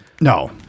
no